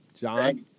John